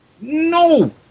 No